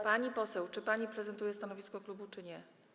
Pani poseł, czy pani prezentuje stanowisko klubu, czy nie?